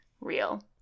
real